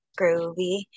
groovy